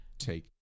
Take